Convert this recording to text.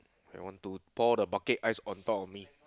I want to pour the bucket ice on top of me